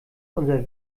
unser